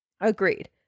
Agreed